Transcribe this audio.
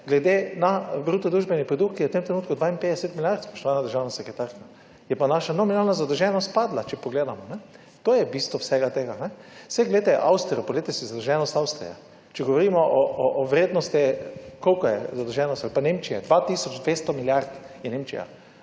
glede na bruto družbeni produkt, ki je v tem trenutku 52 milijard, spoštovana državna sekretarka, je pa naša nominalna zadolženost padla, če pogledamo. To je bistvo vsega tega. Poglejte Avstrijo, poglejte si zadolženost Avstrije. Če govorimo o vrednosti koliko je zadolženost ali pa Nemčija, 2 tisoč 200 milijard je Nemčija,